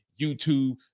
YouTube